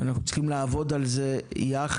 ואנחנו צריכים לעבוד על זה ביחד.